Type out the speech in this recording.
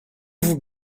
vous